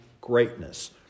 greatness